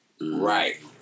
Right